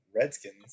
Redskins